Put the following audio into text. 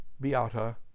Beata